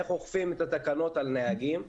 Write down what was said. איך אוכפים את התקנות על נהגים,